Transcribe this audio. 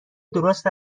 درست